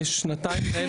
אני שנתיים מנהל את התיק.